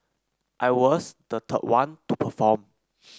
I was the top one to perform